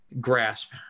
grasp